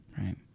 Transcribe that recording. Right